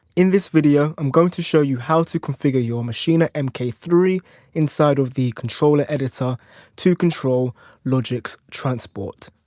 in this video i'm going to show you how to configure your maschine m k three inside of the controller editor to control logic's transport,